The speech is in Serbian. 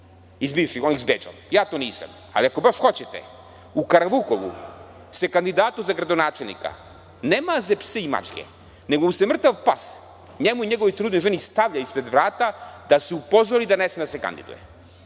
onih s bedžom, jer ja to nisam. Ali, ako baš hoćete, u Karavukovu se kandidatu za gradonačelnika ne maze psi i mačke, nego mu se mrtav pas, njemu i njegovoj trudnoj ženi, stavlja ispred vrata da se upozori da ne sme da se kandiduje.